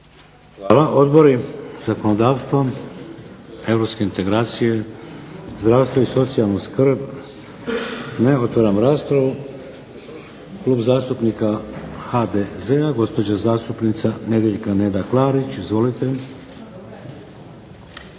Hvala. Odbori? Zakonodavstvo? Europske integracije? Zdravstvo i socijalna skrb? Ne. Otvaram raspravu. Klub zastupnika HDZ-a gospođa zastupnica Nedjeljka Neda Klarić.